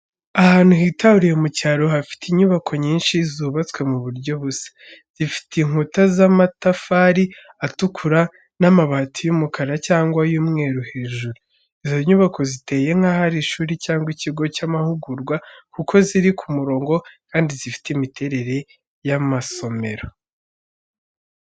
Ahantu hitaruye mu cyaro, hafite inyubako nyinshi zubatse mu buryo busa, zifite inkuta z’amatafari atukura n’amabati y’umukara cyangwa y’umweru hejuru. Izo nyubako ziteye nkaho ari ishuri cyangwa ikigo cy’amahugurwa, kuko ziri ku murongo, kandi zifite imiterere y’amasomero.